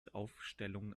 aufstellung